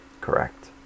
Correct